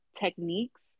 techniques